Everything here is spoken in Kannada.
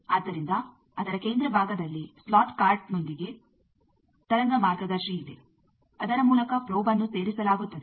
ಆದ್ದರಿಂದ ಅದರ ಕೇಂದ್ರ ಭಾಗದಲ್ಲಿ ಸ್ಲಾಟ್ ಕಾರ್ಟ್ನೊಂದಿಗೆ ತರಂಗ ಮಾರ್ಗದರ್ಶಿಯಿದೆ ಅದರ ಮೂಲಕ ಪ್ರೋಬ್ಅನ್ನು ಸೇರಿಸಲಾಗುತ್ತದೆ